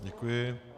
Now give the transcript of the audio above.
Děkuji.